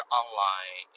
online